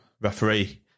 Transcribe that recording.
referee